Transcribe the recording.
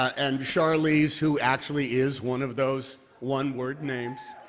and charlize, who actually is one of those one-word names.